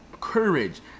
courage